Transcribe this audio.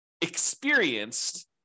experienced